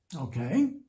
Okay